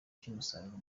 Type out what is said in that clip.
cy’umusaruro